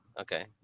Okay